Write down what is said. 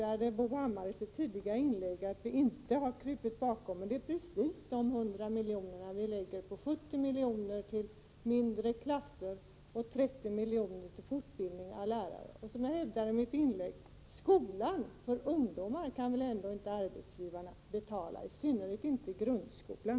1987/88:110 inlägg att vi inte har gått ifrån det förslaget, och jag vill peka på att det är 28 april 1988 precis dessa 100 milj.kr. som vi använder: Vi föreslår 70 miljoner till mindre klasser och 30 miljoner till fortbildning av lärare. Och jag vill upprepa det jag sade i mitt tidigare inlägg, nämligen att arbetsgivarna väl ändå inte kan betala skolan för ungdomarna, i synnerhet inte grundskolan!